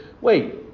wait